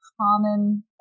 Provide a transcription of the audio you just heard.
common